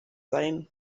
sein